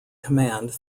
command